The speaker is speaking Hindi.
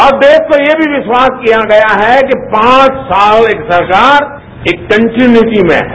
और देश को ये भी विश्वास दिया गया है कि पांच साल एक सरकार एक कन्टीन्यूटी में है